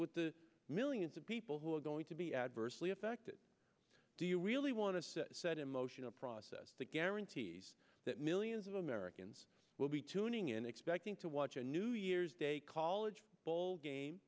with the millions of people who are going to be adversely affected do you really want to set in motion a process that guarantees that millions of americans will be tuning in expecting to watch a new year's day call a ballgame